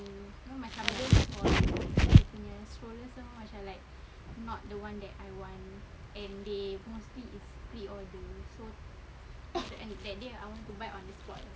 abeh